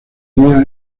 día